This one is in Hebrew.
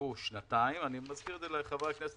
שיחכו שנתיים אני מזכיר לחברי הכנסת